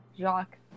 Jacques